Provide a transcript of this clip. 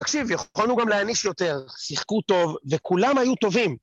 תקשיב, יכולנו גם להעניש יותר, שיחקו טוב, וכולם היו טובים.